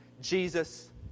Jesus